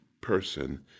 person